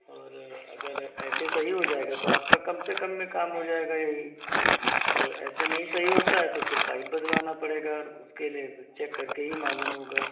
और अगर ऐसे सही हो जाएगा तो आपका कम से कम में काम हो जाएगा यही और ऐसे नहीं सही होता है तो फिर पाइप बदलवाना पड़ेगा उसके लिए चेक करके ही मालूम होगा